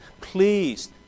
Please